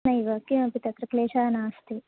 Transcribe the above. नैव किमपि तत्र क्लेशः नास्ति